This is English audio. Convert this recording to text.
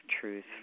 truth